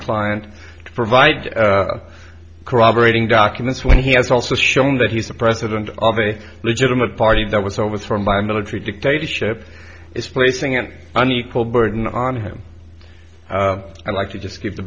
client to provide corroborating documents when he has also shown that he's a president of a legitimate party that was overthrown by a military dictatorship is placing an unequal burden on him i'd like to just keep the